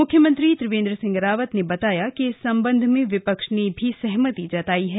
म्ख्यमंत्री त्रिवेंद्र सिंह रावत ने बताया कि इस संबंध में विपक्ष ने भी सहमति जताई है